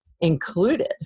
included